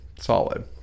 Solid